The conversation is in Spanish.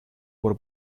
por